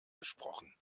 gesprochen